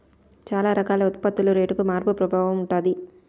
చాలా రకాల ఉత్పత్తుల రేటుపై మార్పు ప్రభావం ఉంటది